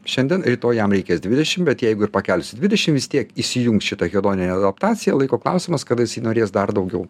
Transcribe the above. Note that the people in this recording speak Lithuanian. šiandien rytoj jam reikės dvidešim bet jeigu ir pakelsiu dvidešim vis tiek įsijungs šita hedoninė adaptacija laiko klausimas kada jisai norės dar daugiau